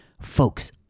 Folks